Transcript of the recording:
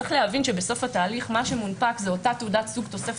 צריך להבין שבסוף התהליך מה שמונפק זה אותה תעודת סוג תוספת